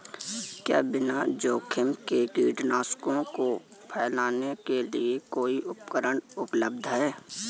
क्या बिना जोखिम के कीटनाशकों को फैलाने के लिए कोई उपकरण उपलब्ध है?